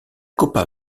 copa